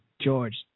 George